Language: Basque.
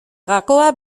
gakoa